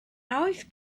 oes